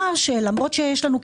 למרות שיש לנו,